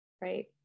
right